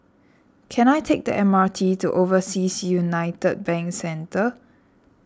can I take the M R T to Overseas Union Bank Centre